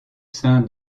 sein